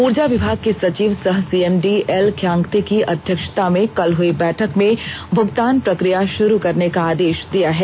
उर्जा विभाग के सर्चिव सह सीएमडी एल ख्यांग्ते की अध्यक्षता में कल हुई बैठक में भुगतान प्रक्रिया षुरू करने का आदेष दिया है